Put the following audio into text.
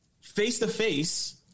face-to-face